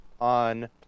on